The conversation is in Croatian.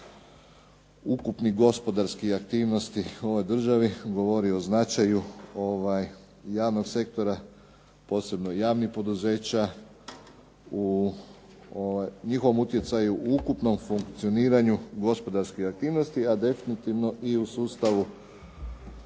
ukupnih gospodarskih aktivnosti u ovoj državi govori o značaju javnog sektora, posebno javnih poduzeća, u njihovom utjecaju u ukupnom funkcioniranju gospodarskih aktivnosti a definitivno u sustavu